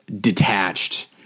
detached